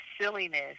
silliness